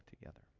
together